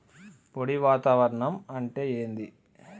పొడి వాతావరణం అంటే ఏంది?